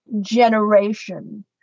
generation